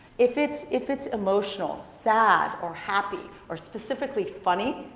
if it's if it's emotional, sad or happy, or specifically funny,